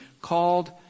called